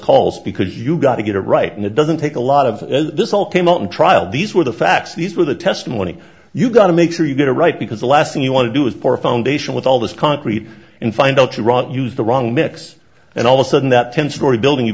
calls because you got to get it right and it doesn't take a lot of this all came out in trial these were the facts these were the testimony you got to make sure you get it right because the last thing you want to do is pour a foundation with all this concrete and find out you run to use the wrong mix and all the sudden that ten storey building you